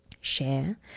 Share